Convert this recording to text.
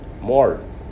more